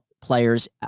players